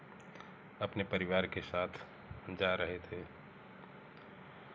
अपने परिवार के साथ जा रहे थे